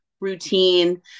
routine